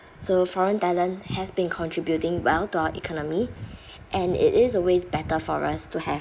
so foreign talent has been contributing well to our economy and it is a waste better for us to have